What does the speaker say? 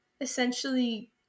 essentially